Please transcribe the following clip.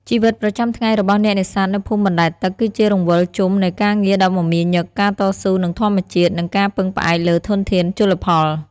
ជីវិតប្រចាំថ្ងៃរបស់អ្នកនេសាទនៅភូមិបណ្តែតទឹកគឺជារង្វិលជុំនៃការងារដ៏មមាញឹក ការតស៊ូនឹងធម្មជាតិ និងការពឹងផ្អែកលើធនធានជលផល។